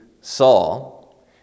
Saul